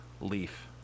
leaf